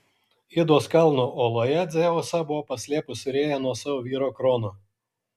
idos kalno oloje dzeusą buvo paslėpusi rėja nuo savo vyro krono